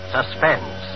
Suspense